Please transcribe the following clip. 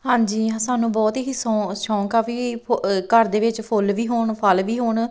ਹਾਂਜੀ ਸਾਨੂੰ ਬਹੁਤ ਹੀ ਸੋਂ ਸ਼ੋਂਕ ਆ ਵੀ ਫੁ ਘਰ ਦੇ ਵਿੱਚ ਫੁੱਲ ਵੀ ਹੋਣ ਫ਼ਲ ਵੀ ਹੋਣ